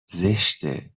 زشته